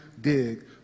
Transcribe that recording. dig